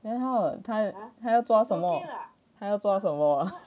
then how 他他要抓什么他要抓什么